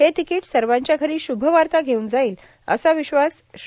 हे तिकीट सर्वाच्या घरी शुभवार्ता घेऊन जाईल असा विश्वास श्री